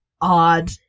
odd